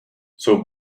jsou